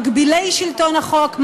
מגבילי שלטון החוק,